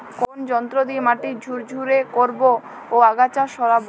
কোন যন্ত্র দিয়ে মাটি ঝুরঝুরে করব ও আগাছা সরাবো?